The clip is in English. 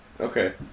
Okay